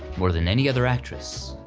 more than any other actress.